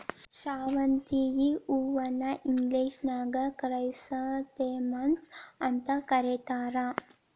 ಶಾವಂತಿಗಿ ಹೂವನ್ನ ಇಂಗ್ಲೇಷನ್ಯಾಗ ಕ್ರೈಸಾಂಥೆಮಮ್ಸ್ ಅಂತ ಕರೇತಾರ